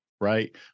right